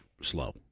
slow